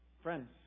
Friends